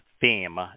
theme